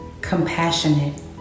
compassionate